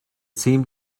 seemed